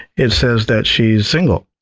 it says that she's single,